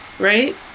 right